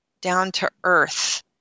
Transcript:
down-to-earth